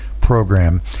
program